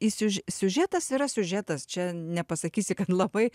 į siuž siužetas yra siužetas čia nepasakysi kad labai